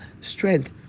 strength